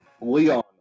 Leon